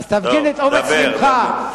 תפגין את אומץ לבך.